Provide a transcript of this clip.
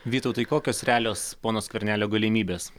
vytautai kokios realios pono skvernelio galimybės